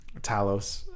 Talos